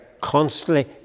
constantly